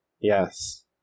yes